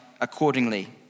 accordingly